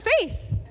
faith